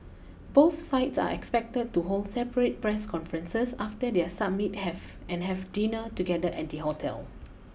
both sides are expected to hold separate press conferences after their summit have and have dinner together at the hotel